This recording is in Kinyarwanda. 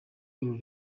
uru